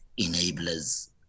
enablers